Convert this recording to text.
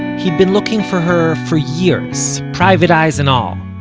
he'd been looking for her for years, private eyes and all,